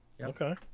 okay